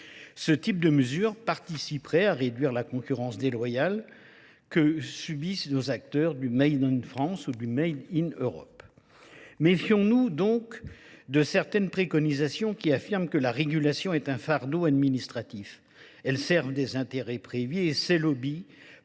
ce type de mesures participeraient à réduire la concurrence déloyale que subissent nos acteurs du Made in France ou du Made in Europe. Méfions-nous donc de certaines préconisations qui affirment que la régulation est un fardeau administratif, elle serve des intérêts prévus et ses lobbies